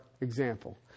example